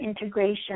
integration